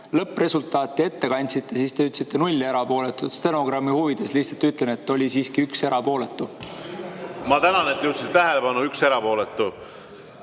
lõppresultaati ette kandsite, siis te ütlesite, et oli 0 erapooletut. Stenogrammi huvides lihtsalt ütlen, et oli siiski 1 erapooletu. Ma tänan, et te juhtisite tähelepanu: 1 erapooletu.